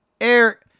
Air